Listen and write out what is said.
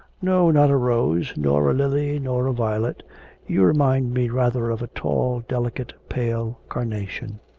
no, not a rose, nor a lily, nor a violet you remind me rather of a tall, delicate, pale carnation.